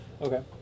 Okay